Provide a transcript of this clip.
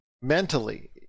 mentally